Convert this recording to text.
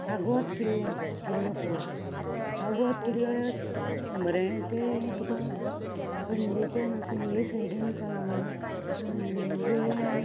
आग्वाद किल्ल्यार किल्लो पोळोपाक आग्वाद किल्लो बरें तें तुका पणजेच्यान अशें हे सायडीन कळंग वेऱ्यां